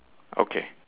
okay